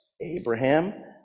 Abraham